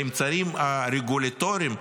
באמצעים רגולטוריים,